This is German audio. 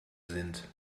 sind